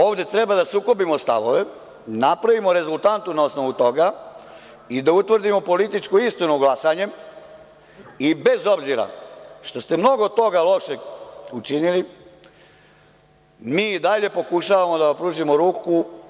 Ovde treba da sukobimo stavove, napravimo rezultantu na osnovu toga i da utvrdimo političku istinu glasanjem i, bez obzira što ste mnogo toga lošeg učinili, mi i dalje pokušavamo da vam pružimo ruku.